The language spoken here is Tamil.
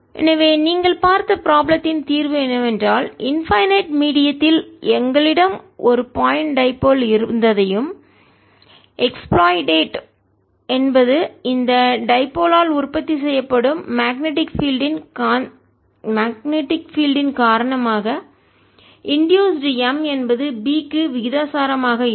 எனவே நீங்கள் பார்த்த ப்ராப்ளம் தின் தீர்வு என்னவென்றால் இன்பைநெட் மீடியம் எல்லையற்ற ஊடகத்தில் த்தில் எங்களிடம் ஒரு பாயிண்ட் டைபோல் புள்ளி இரு முனை இருந்ததையும் எக்ஸ்பிலாயிட்டேட் பயன்படுத்தப்பட்டது என்பது இந்த டைபோல் ஆல் இருமுனையால் உற்பத்தி செய்யப்படும் மேக்னெட்டிக் பீல்டு இன் காந்தப்புலத்தின் காரணமாக இன்டூசுடு தூண்டப்பட்டது M என்பது B க்கு விகிதாசாரமாக இருக்கும்